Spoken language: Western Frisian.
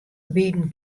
wienen